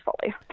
fully